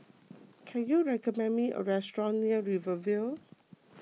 can you recommend me a restaurant near Rivervale